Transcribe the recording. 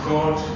God